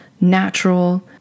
natural